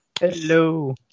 Hello